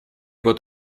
вот